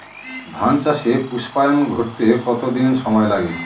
ধান চাষে পুস্পায়ন ঘটতে কতো দিন সময় লাগে?